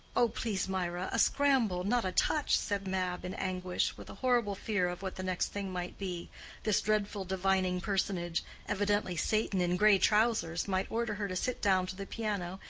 oh, please, mirah a scramble, not a touch, said mab, in anguish, with a horrible fear of what the next thing might be this dreadful divining personage evidently satan in gray trousers might order her to sit down to the piano,